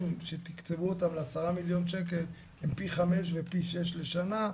שתקצבו אותם ל-10 מיליון שקל הם פי 5 ופי 6 לשנה.